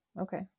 okay